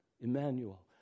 Emmanuel